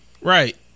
Right